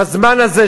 בזמן הזה,